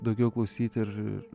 daugiau klausyti ir